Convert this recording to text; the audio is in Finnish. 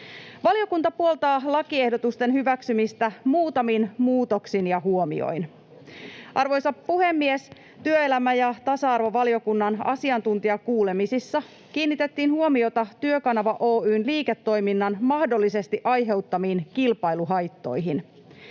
Valiokunta puoltaa lakiehdotusten hyväksymistä muutamin muutoksiin ja huomioin. Arvoisa puhemies! Työelämä‑ ja tasa-arvovaliokunnan asiantuntijakuulemisissa kiinnitettiin huomiota Työkanava Oy:n liiketoiminnan mahdollisesti aiheuttamiin kilpailuhaittoihin.